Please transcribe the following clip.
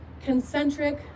concentric